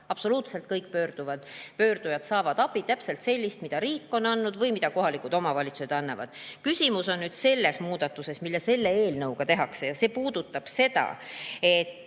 Absoluutselt kõik pöördujad saavad abi, täpselt sellist, mida riik annab või mida kohalikud omavalitsused annavad. Küsimus on selles muudatuses, mida selle eelnõuga tehakse. See puudutab seda, et